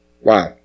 Wow